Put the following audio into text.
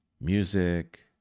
music